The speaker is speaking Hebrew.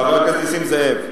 חבר הכנסת נסים זאב,